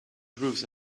groups